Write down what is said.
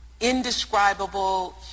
Indescribable